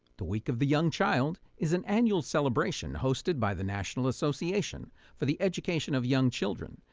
the week of the young child is an annual celebration hosted by the national association for the education of young children,